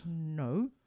No